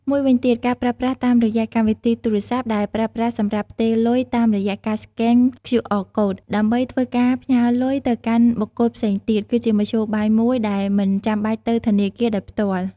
មួយវិញទៀតការប្រើប្រាស់តាមរយៈកម្មវិធីទូរស័ព្ទដែលប្រើប្រាស់សម្រាប់ផ្ទេរលុយតាមរយៈការស្កែន QR code ដើម្បីធ្វើការផ្ញើលុយទៅកាន់បុគ្កលផ្សេងទៀត គឺជាមធ្យោបាយមួយដែលមិនចាំបាច់ទៅធនាគារដោយភ្ទាល់។